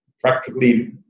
Practically